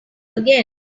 again